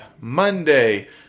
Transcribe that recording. Monday